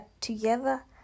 together